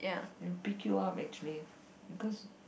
it'll pick you up actually because